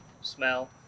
smell